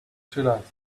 shoelaces